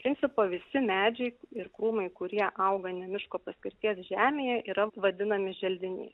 principo visi medžiai ir krūmai kurie auga ne miško paskirties žemėje yra vadinami želdiniai